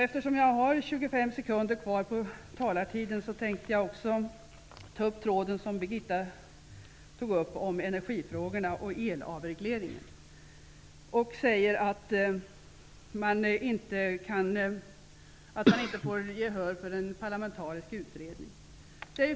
Eftersom jag har 25 sekunder kvar på min taletid, vill jag ta upp en tråd som Birgitta Johansson tog upp, nämligen energifrågorna och elavregleringen. Hon sade att man inte får gehör för en parlamentarisk utredning.